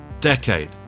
decade